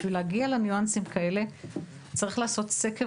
בשביל להגיע לניואנסים כאלה, צריך לעשות סקר